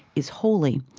is holy.